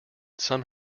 some